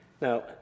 Now